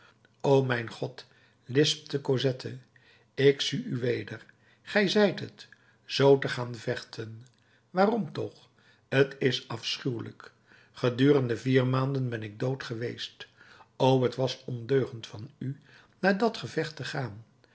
o mijn god lispte cosette ik zie u weder gij zijt het zoo te gaan vechten waarom toch t is afschuwelijk gedurende vier maanden ben ik dood geweest o t was ondeugend van u naar dat gevecht te gaan